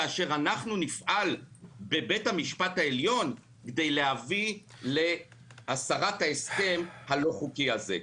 כאשר אנחנו נפעל בבית המשפט העליון כדי להביא להסרת ההסכם הלא חוקי הזה.